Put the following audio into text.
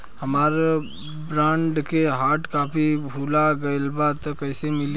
हमार बॉन्ड के hard copy भुला गएलबा त कैसे मिली?